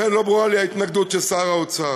לכן לא ברורה לי ההתנגדות של שר האוצר,